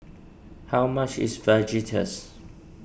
how much is Fajitas